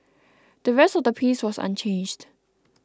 the rest of the piece was unchanged